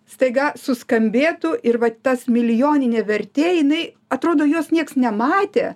staiga suskambėtų ir vat tas milijoninė vertė jinai atrodo jos nieks nematė